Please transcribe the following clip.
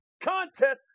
contest